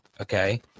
okay